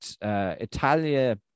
Italia